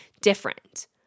different